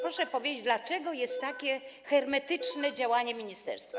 Proszę powiedzieć, dlaczego jest takie hermetyczne działanie ministerstwa.